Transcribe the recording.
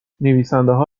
نویسندهها